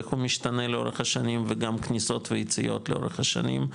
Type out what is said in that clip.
איך הוא משתנה לאורך השנים וגם כניסות ויציאות לאורך השנים,